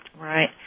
Right